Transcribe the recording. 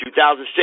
2006